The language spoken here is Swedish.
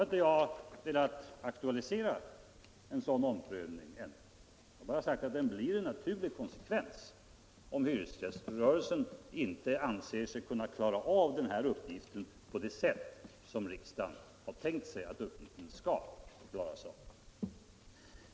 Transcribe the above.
Nu har jag ännu inte velat aktualisera en sådan omprövning. Jag har bara sagt att den blir en naturlig konsekvens om hyresgäströrelsen inte anser sig kunna klara av den här uppgiften så som riksdagen har tänkt sig att uppgiften skall klaras av.